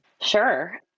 Sure